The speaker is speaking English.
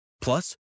Plus